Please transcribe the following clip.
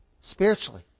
Spiritually